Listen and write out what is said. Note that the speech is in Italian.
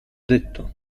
detto